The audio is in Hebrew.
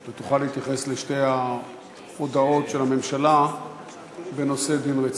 אתה תתייחס לשתי ההודעות של הממשלה בנושא דין רציפות.